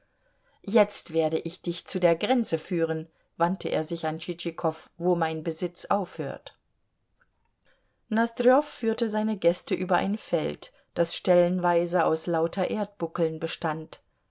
jetzt werde ich dich zu der grenze führen wandte er sich an tschitschikow wo mein besitz aufhört nosdrjow führte seine gäste über ein feld das stellenweise aus lauter erdbuckeln bestand